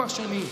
כבר שנים.